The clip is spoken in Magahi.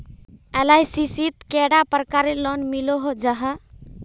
एल.आई.सी शित कैडा प्रकारेर लोन मिलोहो जाहा?